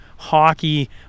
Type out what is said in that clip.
hockey